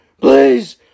Please